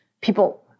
people